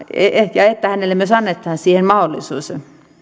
ja että hänelle myös annetaan siihen mahdollisuus